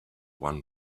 one